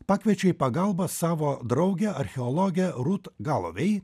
pakviečia į pagalbą savo draugę archeologę rut galovei